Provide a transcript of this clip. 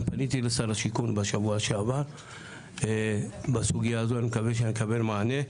אני פניתי לשר השיכון בשבוע שעבר בסוגייה הזו אני מקווה שנקבל מענה.